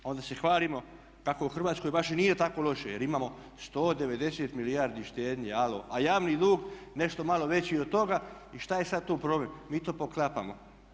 A onda se hvalimo kako u Hrvatskoj baš i nije tako loše, jer imamo 190 milijardi štednje, alo, a javni dug nešto malo veći od toga, i šta je sada tu problem, mi to poklapamo.